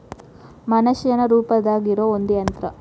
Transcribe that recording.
ಮನಷ್ಯಾನ ರೂಪದಾಗ ಇರು ಒಂದ ಯಂತ್ರ